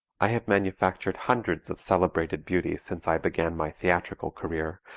i have manufactured hundreds of celebrated beauties since i began my theatrical career,